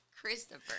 Christopher